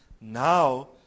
Now